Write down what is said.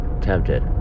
tempted